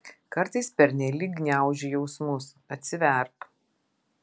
kartais pernelyg gniauži jausmus atsiverk